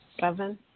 Seven